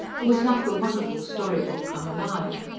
who was like a wonderful story-book come alive.